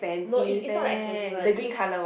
no is is is not the expensive one is